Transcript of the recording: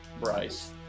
Bryce